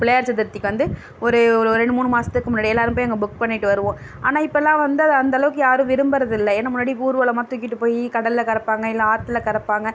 பிள்ளையார் சதுர்த்திக்கு வந்து ஒரு ஒரு ரெண்டு மூணு மாதத்துக்கு முன்னாடி எல்லோரும் போய் அங்கே புக் பண்ணிவிட்டு வருவோம் ஆனால் இப்போல்லாம் வந்து அதை அந்தளவுக்கு யாரும் விரும்புறது இல்லை ஏனால் முன்னாடி ஊர்வலமாக தூக்கிட்டு போய் கடலில் கரைப்பாங்க இல்லை ஆற்றுல கரைப்பாங்க